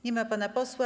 Nie ma pana posła.